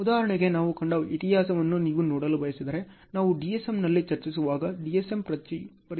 ಉದಾಹರಣೆಗೆ ನಾವು ಕಂಡ ಇತಿಹಾಸವನ್ನು ನೀವು ನೋಡಲು ಬಯಸಿದರೆ ನಾವು DSMನಲ್ಲಿ ಚರ್ಚಿಸುವಾಗ DSMನ ಪರಿಚಯವನ್ನು ಸಹ ನಾನು ತೋರಿಸಿದ್ದೇನೆ